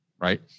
Right